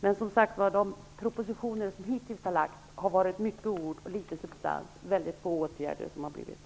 Men de propositioner som hittills har lämnats till riksdagen har som sagt haft mycket litet av substans, och ytterst få åtgärder har vidtagits.